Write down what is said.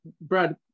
brad